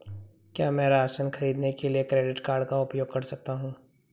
क्या मैं राशन खरीदने के लिए क्रेडिट कार्ड का उपयोग कर सकता हूँ?